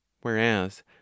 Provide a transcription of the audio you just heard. whereas